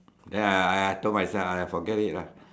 ya ya ya I told myself forget it lah